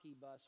bus